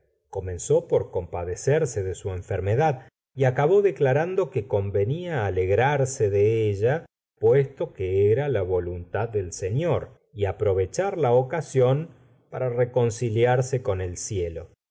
comenzó por compadecerse de su enfermedad y acabó declarando que convenía alegrarse de ella puesto que era la voluntad del sefior y aprovechar la ocasión para reconciliarse con el cielo